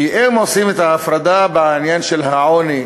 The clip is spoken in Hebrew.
כי אם עושים את ההפרדה בעניין של העוני,